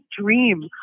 dream